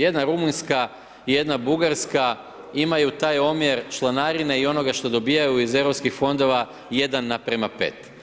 Jedna Rumunjska i jedna Bugarska imaju taj omjer članarine i onoga što dobivaju iz EU fondova 1:5.